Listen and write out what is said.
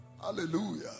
Hallelujah